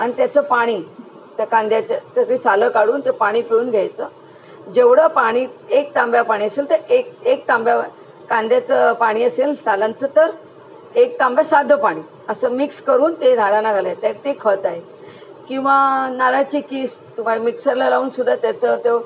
आणि त्याचं पाणी त्या कांद्याच्या सगळी सालं काढून तो पाणी पिळून घ्यायचं जेवढं पाणी एक तांब्या पाणी असेल तर एक एक तांब्या कांद्याचं पाणी असेल सालांचं तर एक तांब्या साधं पाणी असं मिक्स करून ते झाडाला घालाय ते खत आहे किंवा नारळाची कीस तुम्हाला मिक्सरला लावूनसुद्धा त्याचं तो